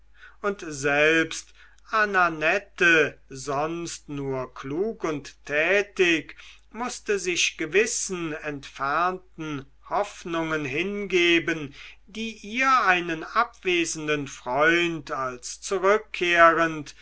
und selbst ananette sonst nur klug und tätig mußte sich gewissen entfernten hoffnungen hingeben die ihr einen abwesenden freund als